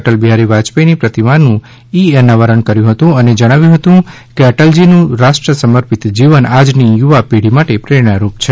અટલબિફારી બાજપેથીની પ્રતિમાનું ઇ અનાવરણ પણ કર્યું હતું અને જણાવ્યુ હતું કે અટલજીનું રાષ્ટ્ર સમર્પિત જીવન આજની યુવા પેઢી માટે પ્રેરણારૂપ છે